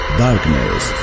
darkness